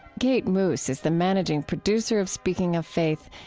kate moos is the managing producer of speaking of faith,